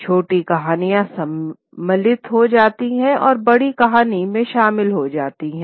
छोटी कहानियाँ सम्मिलित हो जाती हैं और बड़ी कहानी में शामिल हो जाती हैं